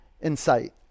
insight